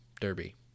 Derby